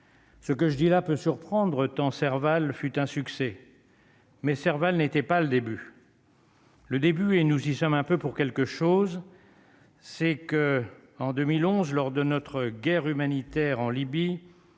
Ce que je dis là peut surprendre tant Serval fut un succès. Mais Serval n'était pas le début. Le début et nous y sommes un peu pour quelque chose, c'est que, en 2011 lors de notre guerre humanitaire en Libye